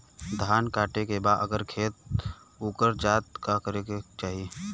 धान कांटेके बाद अगर खेत उकर जात का करे के चाही?